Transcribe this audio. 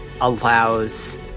allows